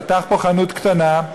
פתח פה חנות קטנה,